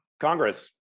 Congress